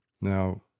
Now